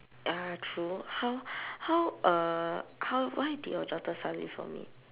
ah true how how uh how why did your daughter suddenly vomit